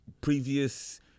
previous